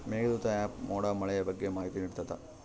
Meghdoot app ಮೋಡ ಮಳೆಯ ಬಗ್ಗೆ ಮಾಹಿತಿ ನಿಡ್ತಾತ